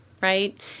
Right